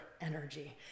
energy